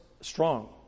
strong